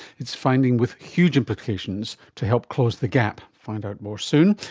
it's finding with huge implications to help close the gap. find out more soon.